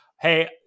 Hey